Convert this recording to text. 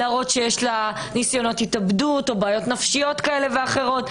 להראות שיש לה ניסיונות התאבדות או בעיות נפשיות כאלה ואחרות.